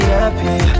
happy